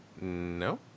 No